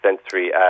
sensory